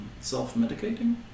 self-medicating